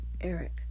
Eric